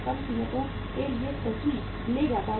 कम कीमतों के लिए सही ले जाता है